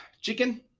Chicken